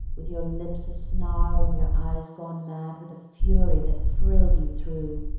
with your lips asnarl and your eyes gone mad with a fury that thrilled you through.